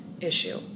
issue